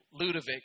Ludovic